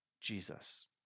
Jesus